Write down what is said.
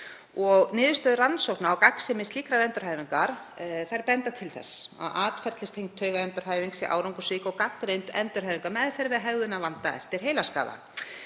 og niðurstöður rannsókna á gagnsemi slíkrar endurhæfingar benda til þess að atferlistengd taugaendurhæfing sé árangursrík og gagnreynd endurhæfingarmeðferð við hegðunarvanda eftir heilaskaða.